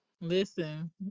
Listen